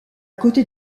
côté